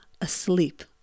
asleep